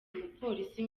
umupolisi